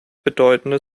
bedeutende